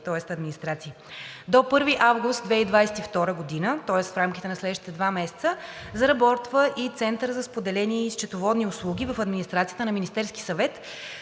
тоест администрации. До 1 август 2022 г., тоест в рамките на следващите два месеца, заработва и Център за споделени счетоводни услуги в Администрацията на Министерския съвет,